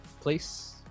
place